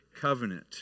covenant